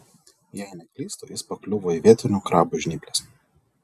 jei neklystu jis pakliuvo į vietinių krabų žnyples